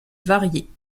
variés